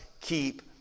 keep